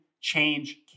change